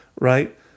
right